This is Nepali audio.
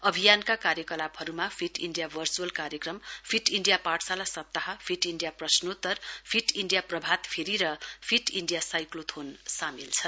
अभियानका कार्यकलापहरूमा फिट इण्डिया भर्चुअल कार्यक्रम फिट इण्डिया पाठशाला सप्ताह फिट इण्डिया प्रश्नोत्तर फिट इण्डिया प्रभातफेरी र फिट इण्डिया साइक्लोथोन सामेल छन्